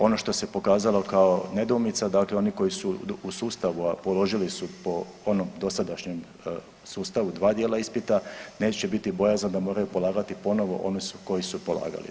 Ono što se pokazalo kao nedoumica, dakle oni koji su u sustavu, a položili su po onom dosadašnjem sustavu dva dijela ispita, neće biti bojazan da moraju polagati ponovo oni koji su polagali.